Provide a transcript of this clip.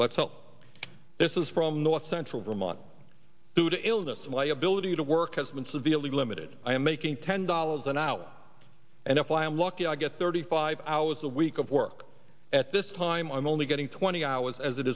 help this is from north central vermont due to illness my ability to work has been severely limited i am making ten dollars an hour and if i am lucky i get thirty five hours a week of work at this time i'm only getting twenty hours as it